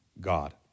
God